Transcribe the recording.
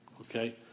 Okay